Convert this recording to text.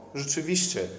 rzeczywiście